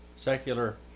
secular